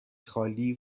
خالی